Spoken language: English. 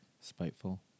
Spiteful